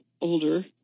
older